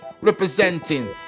Representing